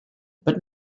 but